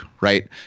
right